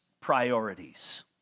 priorities